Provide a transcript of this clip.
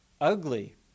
ugly